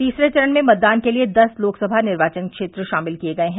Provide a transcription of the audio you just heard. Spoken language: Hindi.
तीसरे चरण में मतदान के लिये दस लोकसभा निर्वाचन क्षेत्र शामिल किये गये हैं